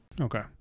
Okay